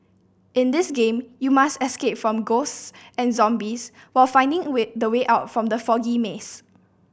in this game you must escape from ghosts and zombies while finding way the way out from the foggy maze